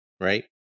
right